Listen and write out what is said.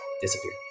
disappear